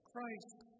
Christ